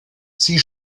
sie